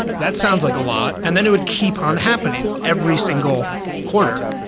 that sounds like a lot. and then it would keep on happening every single quarter.